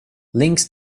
links